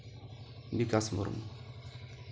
Vikas Murmu